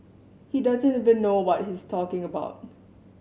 he doesn't even know what he's talking about